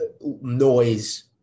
noise